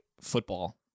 football